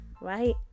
right